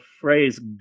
phrase